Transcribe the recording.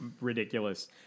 ridiculous